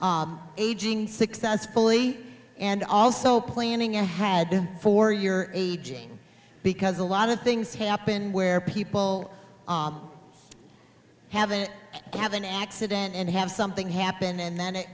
aging successfully and also planning ahead for your aging because a lot of things happen where people have and have an accident and have something happen and then it